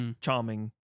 charming